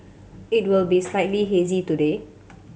it will be slightly hazy today